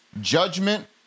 judgment